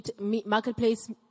Marketplace